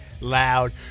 loud